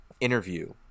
interview